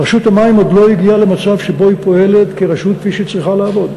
רשות המים עוד לא הגיעה למצב שבו היא פועלת כרשות כפי שהיא צריכה לעבוד.